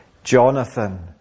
Jonathan